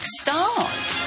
stars